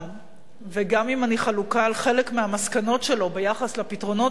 וגם אם אני חלוקה על חלק מהמסקנות שלו ביחס לפתרונות המוצעים,